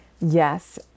Yes